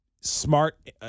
smart